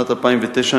שנת 2009,